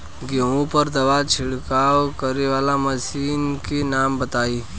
गेहूँ पर दवा छिड़काव करेवाला मशीनों के नाम बताई?